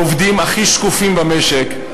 העובדים הכי שקופים במשק,